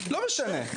לא משנה,